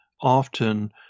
often